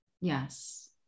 Yes